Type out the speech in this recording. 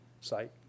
site